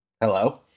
hello